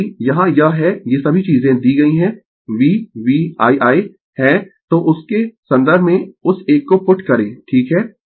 यहाँ यह है ये सभी चीजे दी गयी है V V' II' है उसके संदर्भ में उस एक को पुट करें ठीक है